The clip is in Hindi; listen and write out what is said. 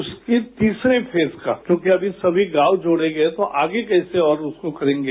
उसकी तीसरे फेज का क्योंकि अभी सभी गांव जोडेंगे तो आगे कैसे और उसको करेंगे